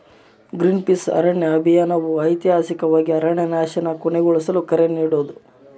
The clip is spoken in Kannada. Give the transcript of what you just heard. ಗ್ರೀನ್ಪೀಸ್ನ ಅರಣ್ಯ ಅಭಿಯಾನವು ಐತಿಹಾಸಿಕವಾಗಿ ಅರಣ್ಯನಾಶನ ಕೊನೆಗೊಳಿಸಲು ಕರೆ ನೀಡೋದು